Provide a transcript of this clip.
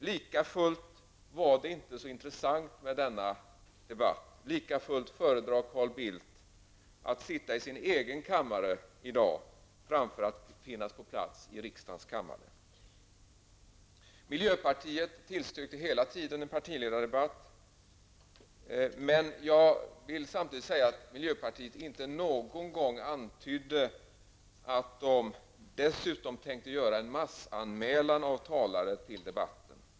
Trots detta var det inte så intressant med den här debatten, likafullt föredrar Carl Bildt att sitta i sin kammare i dag framför att sitta här i riksdagens kammare. Miljöpartiet tillstyrkte hela tiden förslaget om en partiledardebatt, men jag vill samtidigt säga att miljöpartiet inte någon gång antydde att partiet dessutom tänkte göra en massanmälan av talare till debatten.